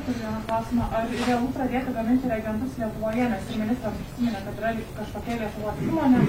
turiu vieną klausimą ar realu pradėti gaminti reagentus lietuvoje nes čia ministras užsiminė kad yra lyg kažkokia lietuvos įmonė